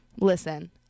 listen